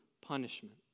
punishment